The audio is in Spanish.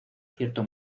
cierto